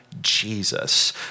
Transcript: Jesus